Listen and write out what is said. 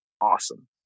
awesome